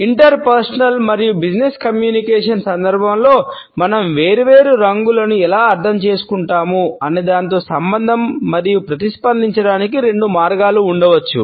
inter personal సందర్భంలో మనం వేర్వేరు రంగులను ఎలా అర్థం చేసుకుంటాము అనే దానితో సంబంధం మరియు ప్రతిస్పందించడానికి రెండు మార్గాలు ఉండవచ్చు